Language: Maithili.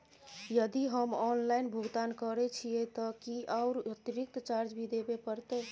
यदि हम ऑनलाइन भुगतान करे छिये त की ओकर अतिरिक्त चार्ज भी देबे परतै?